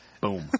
Boom